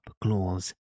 claws